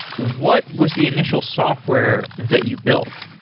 what was the initial software that you built?